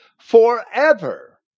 forever